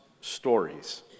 stories